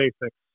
basics